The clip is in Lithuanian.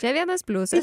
čia vienas pliusas